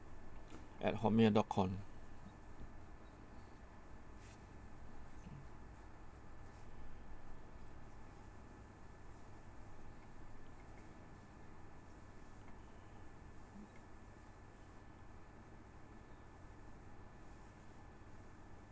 at Hotmail dot com